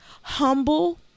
humble